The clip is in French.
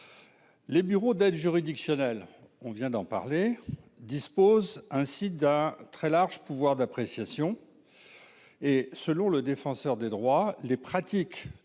Les bureaux d'aide juridictionnelle on vient d'en parler, dispose ainsi d'un très large pouvoir d'appréciation et selon le défenseur des droits, les pratiques